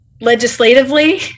legislatively